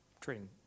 trading